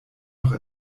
noch